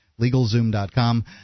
LegalZoom.com